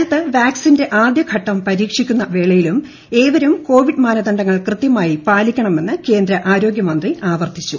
രാജ്യത്ത് വാക്സിന്റെ ആദ്യഘട്ടം പരീക്ഷിക്കുന്ന വേളയിലും ഏവരും കോവിഡ് ്മാനദണ്ഡങ്ങൾ കൃത്യമായി പാലിക്കണമെന്ന് കേന്ദ്ര ആരോഗ്യമന്ത്രി ആവർത്തിച്ചു